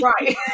right